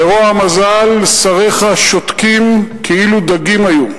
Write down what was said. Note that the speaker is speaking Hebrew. לרוע המזל, שריך שותקים, כאילו דגים היו.